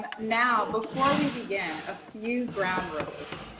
now, before we begin, a few ground rules.